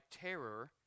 terror